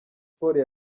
sports